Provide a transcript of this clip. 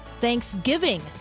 thanksgiving